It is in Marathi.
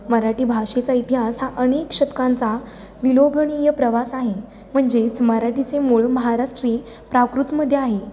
मराठी भाषेचा इतिहास हा अनेक शतकांचा विलोभनीय प्रवास आहे म्हणजेच मराठीचे मूळ महाराष्ट्री प्राकृतमध्ये आहे